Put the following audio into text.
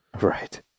Right